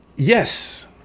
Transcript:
Yes